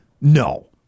no